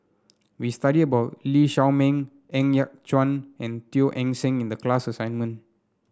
we studied about Lee Shao Meng Ng Yat Chuan and Teo Eng Seng in the class assignment